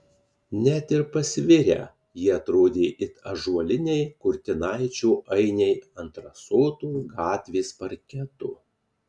net ir pasvirę jie atrodė it ąžuoliniai kurtinaičio ainiai ant rasoto gatvės parketo